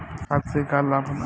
खाद्य से का लाभ होला?